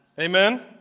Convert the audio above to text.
Amen